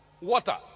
water